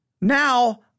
Now